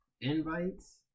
invites